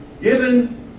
given